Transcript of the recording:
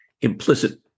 implicit